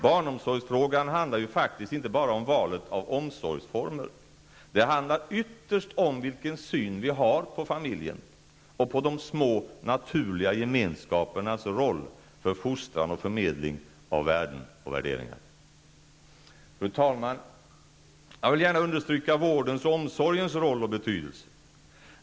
Barnomsorgsfrågan handlar ju faktiskt inte bara om valet av omsorgsformer. Den handlar ytterst om vilken syn vi har på familjen och på de små naturliga gemenskapernas roll för fostran och förmedling av värden och värderingar. Fru talman! Jag vill gärna understryka vårdens och omsorgens roll och betydelse.